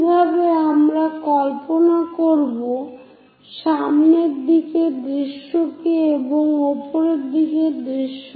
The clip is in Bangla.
কিভাবে আমরা কল্পনা করব সামনের দিকের দৃশ্য কে এবং উপরের দিকের দৃশ্য কে